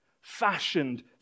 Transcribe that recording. fashioned